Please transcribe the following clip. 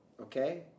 Okay